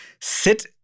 sit